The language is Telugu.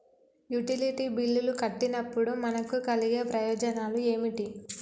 యుటిలిటీ బిల్లులు కట్టినప్పుడు మనకు కలిగే ప్రయోజనాలు ఏమిటి?